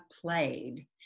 played